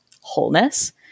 wholeness